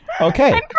Okay